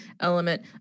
element